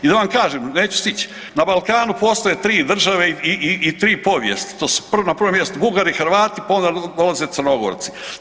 I da vam kažem, neću stić, na Balkanu postoje tri države i tri povijesti, to su na prvom mjestu, Bugari, Hrvati pa onda dolaze Crnogorci.